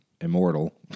immortal